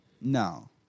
No